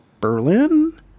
Berlin